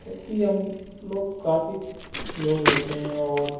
क्योंकि हम लोग काफ़ी लोग होते हैं और